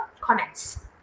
comments